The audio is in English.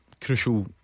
Crucial